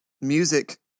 music